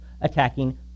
attacking